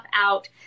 out